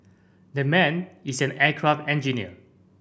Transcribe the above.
that man is an aircraft engineer